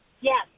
Yes